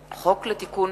הצעת חוק לתיקון